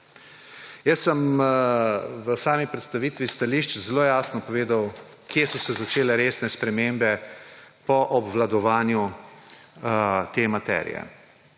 gre popravljat. V predstavitvi stališča sem zelo jasno povedal, kje so se začele resne spremembe za obvladovanje te materije.